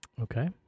okay